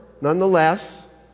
nonetheless